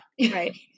right